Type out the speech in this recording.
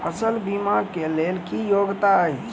फसल बीमा केँ लेल की योग्यता अछि?